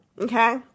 okay